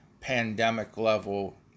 pandemic-level